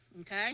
okay